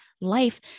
life